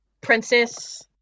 princess